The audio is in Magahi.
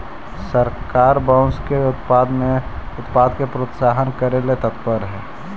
सरकार बाँस के उत्पाद के प्रोत्साहित करे में तत्पर हइ